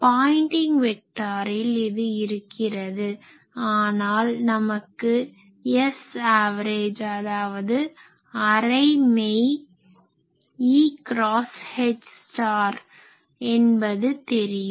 pointing வெக்டாரில் இது இருக்கிறது ஆனால் நமக்கு Sav அதாவது அரை மெய் E cross H half real E cross H என்பது தெரியும்